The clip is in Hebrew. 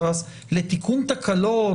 לתיקון תקלות